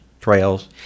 trails